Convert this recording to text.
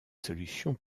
solutions